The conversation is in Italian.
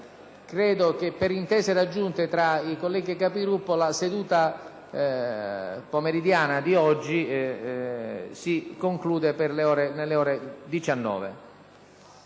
che per intese raggiunte tra i colleghi Capigruppo la seduta pomeridiana di oggi si concluderà alle ore 19.